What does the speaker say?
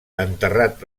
enterrat